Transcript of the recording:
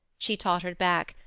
she tottered back,